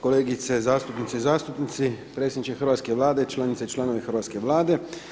Kolegice zastupnice i zastupnici, predsjedniče hrvatske Vlade, članovi i članice hrvatske Vlade.